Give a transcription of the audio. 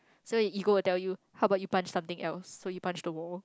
so your ego will tell you how about you punch something else so you punch the wall